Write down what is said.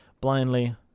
blindly